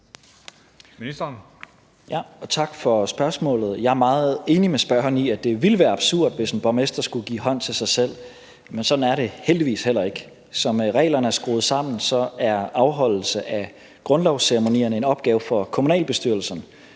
Tak for spørgsmålet. Jeg er meget enig med spørgeren i, at det ville være absurd, hvis en borgmester skulle give hånd til sig selv, men sådan er det heldigvis heller ikke. Som reglerne er skruet sammen, er afholdelse af grundlovsceremonierne en opgave for kommunalbestyrelserne.